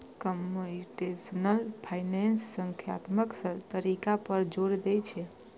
computational finance संख्यात्मक तरीका पर जोर दै छै